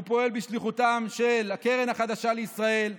הוא פועל בשליחותם של הקרן החדשה לישראל,